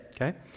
okay